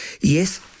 yes